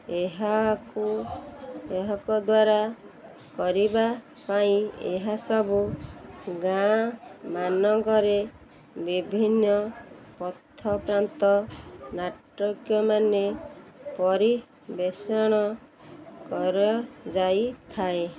ଏହାକୁ ଏହାକ ଦ୍ୱାରା କରିବା ପାଇଁ ଏହାସବୁ ଗାଁମାନଙ୍କରେ ବିଭିନ୍ନ ପଥପ୍ରାନ୍ତ ନାଟକ ମାନେ ପରିବେଷଣ କରାଯାଇଥାଏ